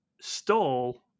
stole